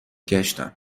گشتم